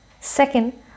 Second